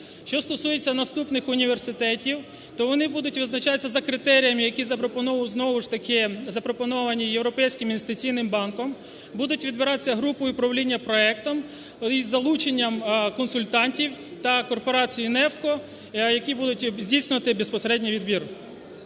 Що стосується наступних університетів, то вони будуть визначатися за критеріями, які знову ж таки запропоновані Європейським інвестиційним банком, будуть відбиратися групою управління проектом із залученням консультантів та корпорації NEFCO, які будуть здійснювати безпосередньо відбір.